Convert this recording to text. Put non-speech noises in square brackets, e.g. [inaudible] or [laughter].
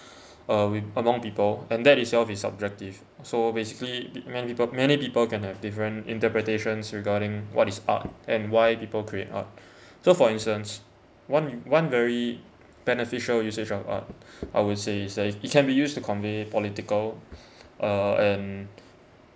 uh we among people and that itself is subjective so basically man~ many people many people can have different interpretations regarding what is art and why people create art [breath] so for instance one one very beneficial usage of art I will say is that it can be used to convey political uh and